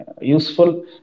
useful